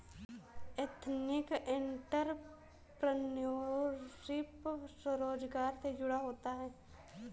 ethnic entrepreneurship स्वरोजगार से जुड़ा होता है